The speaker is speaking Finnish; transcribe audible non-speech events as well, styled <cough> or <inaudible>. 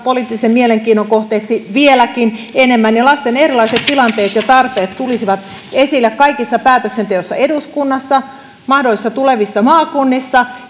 poliittisen mielenkiinnon kohteeksi vieläkin enemmän ja lasten erilaiset tilanteet ja tarpeet tulisivat esille kaikessa päätöksenteossa eduskunnassa mahdollisissa tulevissa maakunnissa <unintelligible>